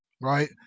Right